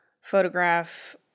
photograph